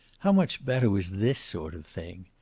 how much better was this sort of thing?